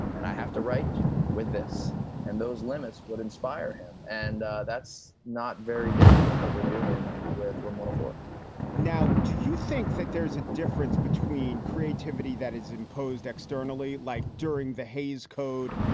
and i have to write with this and those limits would inspire him. and that's not very different from what we're doing with romona for now do you think that there's a difference between creativity that is imposed externally, like during the hays code?